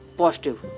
positive